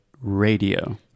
radio